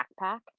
backpack